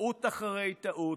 טעות אחרי טעות,